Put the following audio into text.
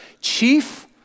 Chief